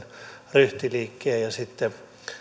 ryhtiliikkeen ja sitten